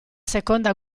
seconda